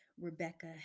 Rebecca